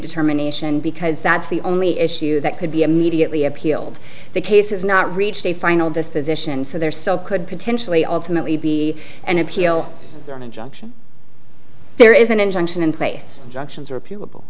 determination because that's the only issue that could be immediately appealed the case has not reached a final disposition so there still could potentially ultimately be an appeal or an injunction there is an injunction in place junctions are people